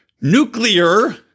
nuclear